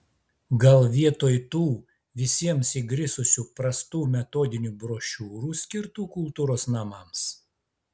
gal vietoj tų visiems įgrisusių prastų metodinių brošiūrų skirtų kultūros namams